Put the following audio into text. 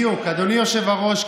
אדוני היושב-ראש,